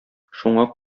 шуңа